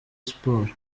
sports